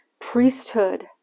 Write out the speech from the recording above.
priesthood